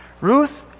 Ruth